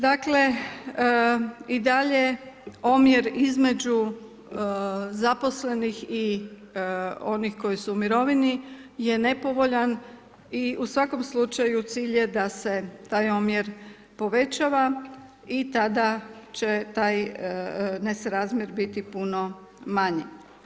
Dakle, i dalje omjer između zaposlenih i onih koji su u mirovini je nepovoljan i u svakom slučaju cilj je da se taj omjer povećava i tada će taj nesrazmjer biti puno manji.